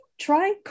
Try